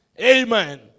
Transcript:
Amen